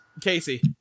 Casey